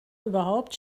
überhaupt